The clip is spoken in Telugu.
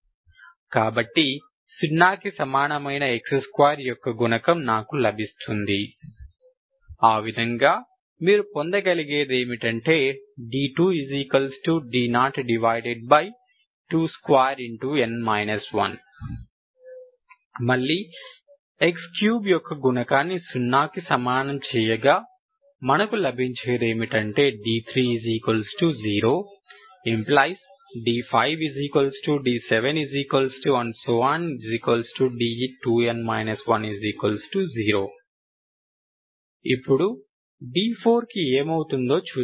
కాబట్టి సున్నాకి సమానమైన x2యొక్క గుణకం నాకు లభిస్తుంది ఆ విధంగా మీరు పొందగలిగేదేమిటంటే d2d022n 1 మళ్ళీ x3 యొక్క గుణకాన్ని సున్నాకి సమానం చేయగా మనకు లభించే దేమిటంటే d30 ⇒ d5d7d2n 10 ఇప్పుడు d4 కి ఏమవుతుందో చూద్దాం